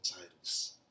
titles